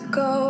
go